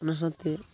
ᱚᱱᱟ ᱥᱟᱶᱛᱮ